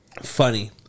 Funny